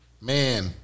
man